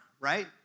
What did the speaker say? right